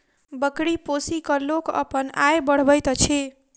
बकरी पोसि क लोक अपन आय बढ़बैत अछि